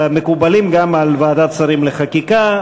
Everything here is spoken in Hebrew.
מקובלים גם על ועדת השרים לחקיקה.